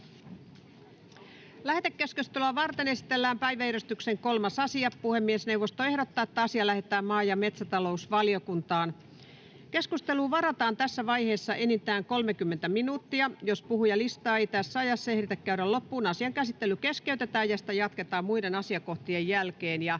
Lähetekeskustelua varten esitellään päiväjärjestyksen 3. asia. Puhemiesneuvosto ehdottaa, että asia lähetetään maa- ja metsätalousvaliokuntaan. Keskusteluun varataan tässä vaiheessa enintään 30 minuuttia. Jos puhujalistaa ei tässä ajassa ehditä käydä loppuun, asian käsittely keskeytetään ja sitä jatketaan muiden asiakohtien jälkeen.